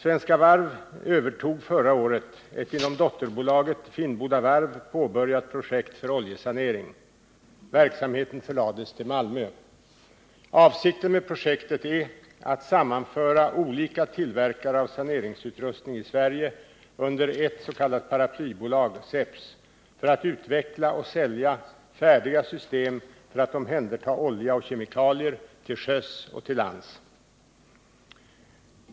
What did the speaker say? Svenska Varv AB övertog förra året ett inom dotterbolaget Finnboda Varv AB påbörjat projekt för oljesanering. Verksamheten förlades till Malmö. Avsikten med projektet är att sammanföra olika tillverkare av saneringsutrustning i Sverige under ett s.k. paraplybolag, SEPS, för att utveckla och sälja färdiga system som kan omhänderta olja och kemikalier till sjöss och på land.